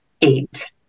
eight